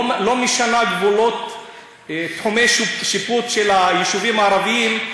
לא משנה את גבולות תחומי השיפוט של היישובים הערביים,